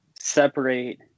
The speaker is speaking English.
separate